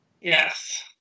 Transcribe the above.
Yes